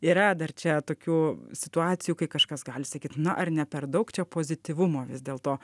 yra dar čia tokių situacijų kai kažkas gali sakyt na ar ne per daug čia pozityvumo vis dėlto